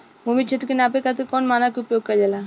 भूमि क्षेत्र के नापे खातिर कौन मानक के उपयोग कइल जाला?